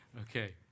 Okay